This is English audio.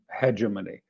hegemony